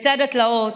לצד התלאות,